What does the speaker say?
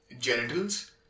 genitals